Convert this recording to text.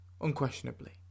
unquestionably